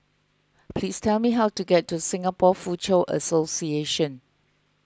please tell me how to get to Singapore Foochow Association